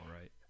right